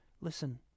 Listen